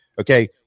Okay